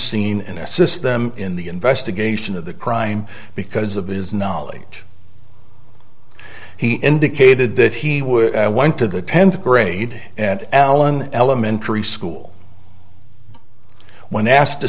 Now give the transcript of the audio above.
scene and assist them in the investigation of the crime because of his knowledge he indicated that he would i went to the tenth grade and allen elementary school when asked to